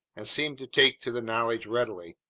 and seemed to take to the knowledge readily.